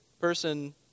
person